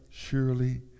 surely